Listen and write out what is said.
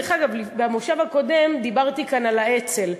דרך אגב, במושב הקודם דיברתי כאן על האצ"ל.